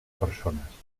persones